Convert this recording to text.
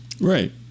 right